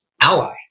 ally